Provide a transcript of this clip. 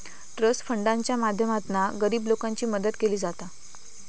trust फंडाच्या माध्यमातना गरीब लोकांची मदत केली जाता